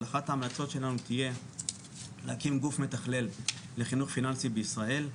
אבל אחת ההמלצות שלנו תהיה להקים גוף מתכלל לחינוך פיננסי בישראל.